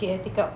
okay I take out